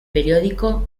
periódico